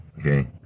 Okay